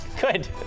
Good